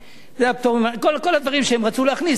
כל הדברים שהם רצו להכניס, הכניסו.